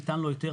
ניתן לו היתר,